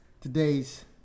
Today's